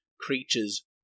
creatures